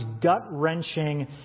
gut-wrenching